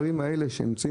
כבר חודשים אנחנו מבקשים